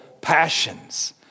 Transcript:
passions